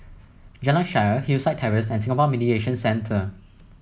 Jalan Shaer Hillside Terrace and Singapore Mediation Centre